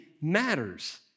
matters